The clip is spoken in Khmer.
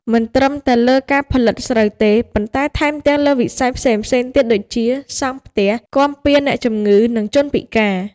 មិនត្រឹមតែលើការផលិតស្រូវអង្ករទេ ប៉ុន្តែថែមទាំងលើវិស័យផ្សេងៗទៀតដូចជា សង់ផ្ទះ គាំពារអ្នកជំងឺ និងជនពិការ។